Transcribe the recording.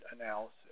analysis